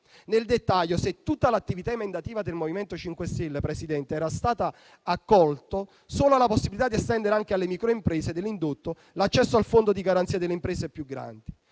Nel dettaglio, di tutta l'attività emendativa del MoVimento 5 Stelle, Presidente, era stata accolta solo la possibilità di estendere anche alle microimprese dell'indotto l'accesso al fondo di garanzia delle imprese più grandi,